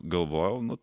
galvojau nu